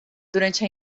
durante